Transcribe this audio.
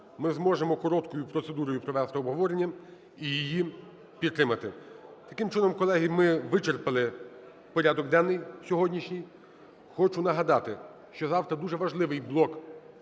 Ми зможемо короткою процедурою провести обговорення і її підтримати. Таким чином, колеги, ми вичерпали порядок денний сьогоднішній. Хочу нагадати, що завтра дуже важливий блок